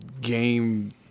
game